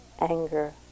anger